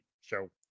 show